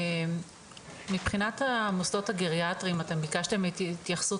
מבחינת המוסדות הגריאטריים אתם ביקשתם את התייחסות